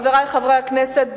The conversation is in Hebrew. חברי חברי הכנסת,